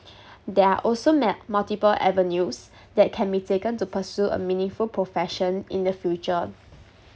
there are also mal~ multiple avenues that can be taken to pursue a meaningful profession in the future